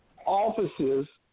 offices